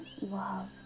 love